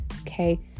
okay